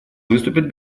выступит